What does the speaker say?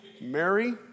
Mary